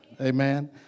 Amen